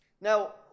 now